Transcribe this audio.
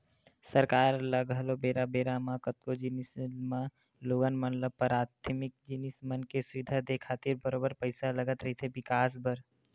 सरकार ल घलो बेरा बेरा म कतको जिनिस म लोगन मन ल पराथमिक जिनिस मन के सुबिधा देय खातिर बरोबर पइसा लगत रहिथे बिकास बर